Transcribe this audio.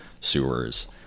sewers